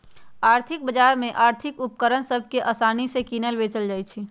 आर्थिक बजार में आर्थिक उपकरण सभ के असानि से किनल बेचल जाइ छइ